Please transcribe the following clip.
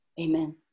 amen